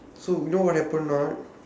so you know what happened or not